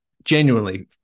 Genuinely